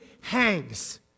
hangs